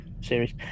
series